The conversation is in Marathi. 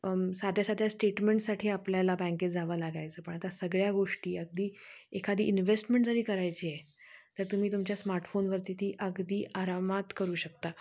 साध्या साध्या स्टेटमेंटसाठी आपल्याला बँकेत जावं लागायचं पण आता सगळ्या गोष्टी अगदी एखादी इन्व्हेस्टमेंट जरी करायची आहे तर तुम्ही तुमच्या स्मार्टफोनवरती ती अगदी आरामात करू शकता